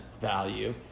value